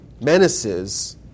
menaces